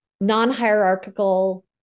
non-hierarchical